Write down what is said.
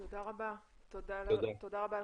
תודה רבה, פרופ'